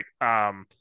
right